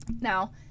Now